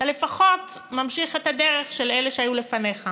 אתה לפחות ממשיך את הדרך של אלה שהיו לפניך.